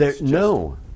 No